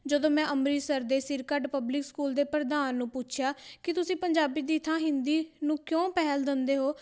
ਜਦੋਂ ਮੈਂ ਅੰਮ੍ਰਿਤਸਰ ਦੇ ਸਿਰ ਕੱਢ ਪਬਲਿਕ ਸਕੂਲ ਦੇ ਪ੍ਰਧਾਨ ਨੂੰ ਪੁੱਛਿਆ ਕਿ ਤੁਸੀਂ ਪੰਜਾਬੀ ਦੀ ਥਾਂ ਹਿੰਦੀ ਨੂੰ ਕਿਉਂ ਪਹਿਲ ਦਿੰਦੇ ਹੋ